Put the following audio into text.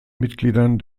mitgliedern